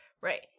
Right